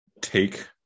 take